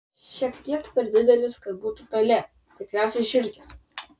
šiek tiek per didelis kad būtų pelė tikriausiai žiurkė